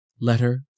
Letter